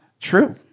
True